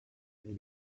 and